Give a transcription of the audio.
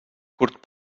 curt